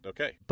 Okay